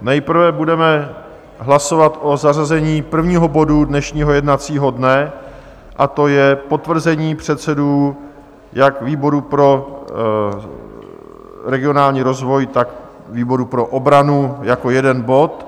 Nejprve budeme hlasovat o zařazení prvního bodu dnešního jednacího dne, a to je potvrzení předsedů jak výboru pro regionální rozvoj, tak výboru pro obranu jako jeden bod.